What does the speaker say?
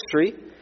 history